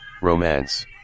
Romance